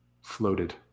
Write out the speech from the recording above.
floated